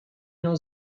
miał